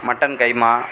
mutton கைமா